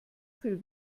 viel